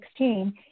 2016